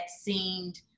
seemed